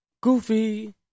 Goofy